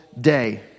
day